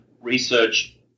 research